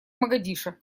могадишо